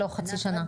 לא חצי שנה.